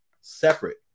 separate